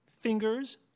fingers